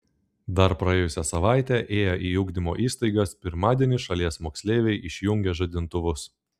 dar praėjusią savaitę ėję į ugdymo įstaigas pirmadienį šalies moksleiviai išjungė žadintuvus